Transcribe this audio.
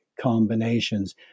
combinations